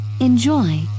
enjoy